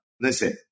listen